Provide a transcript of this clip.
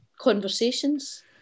conversations